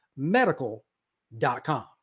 Medical.com